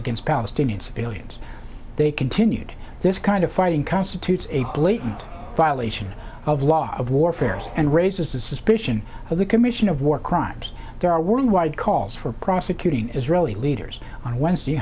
against palestinian civilians they continued this kind of fighting constitutes a blatant violation of law of warfare and raises the suspicion of the commission of war crimes there are worldwide calls for prosecuting israeli leaders on wednesday